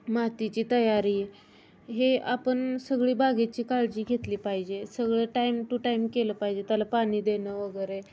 मातीची तयारी हे आपण सगळी बागेची काळजी घेतली पाहिजे सगळं टाईम टू टाईम केलं पाहिजे त्याला पाणी देणं वगैरे